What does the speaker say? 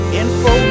info